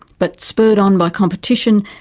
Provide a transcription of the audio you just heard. but spurred on by competition,